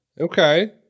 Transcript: Okay